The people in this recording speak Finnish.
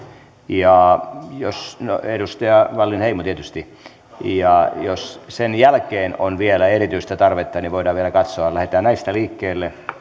ja edustaja wallinheimolle tietysti ja jos sen jälkeen on vielä erityistä tarvetta niin voidaan vielä katsoa lähdetään näistä liikkeelle